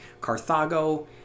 Carthago